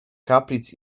kaplic